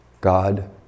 God